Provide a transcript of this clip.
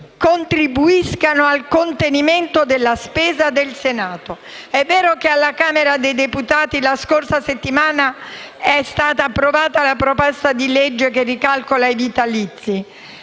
contribuiscano al contenimento della spesa del Senato. È vero che alla Camera dei deputati la scorsa settimana è stata approvata la proposta di legge che ricalcola i vitalizi,